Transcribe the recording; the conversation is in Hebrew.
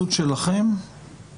שכולל מידע שמותאם באופן ייעודי אליי.